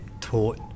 taught